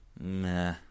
Nah